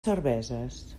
cerveses